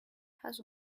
has